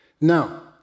Now